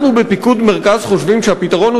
אנחנו בפיקוד מרכז חושבים שהפתרון הוא